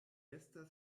estas